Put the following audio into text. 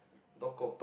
talk cock